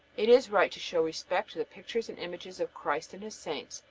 it is right to show respect to the pictures and images of christ and his saints,